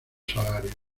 salarios